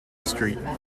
street